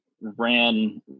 ran